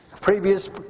Previous